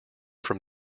from